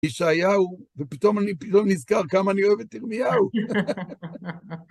ישעיהו, ופתאום אני נזכר כמה אני אוהב את ירמיהו.